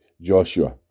Joshua